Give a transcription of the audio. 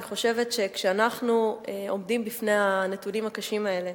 אני חושבת שכשאנחנו עומדים בפני הנתונים הקשים האלה,